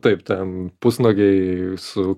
taip ten pusnuogiai su